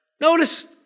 Notice